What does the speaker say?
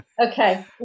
Okay